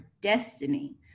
destiny